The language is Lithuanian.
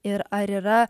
ir ar yra